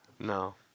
No